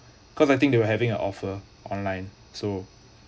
cause I think they were having a offer online so